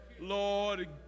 Lord